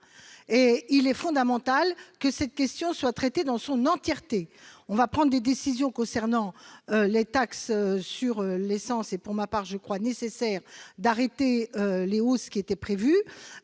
Il est fondamental que la question soit traitée dans son entièreté. Nous allons prendre des décisions concernant les taxes sur l'essence : pour ma part, je crois nécessaire d'arrêter les hausses qui étaient prévues,